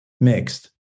mixed